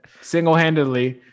single-handedly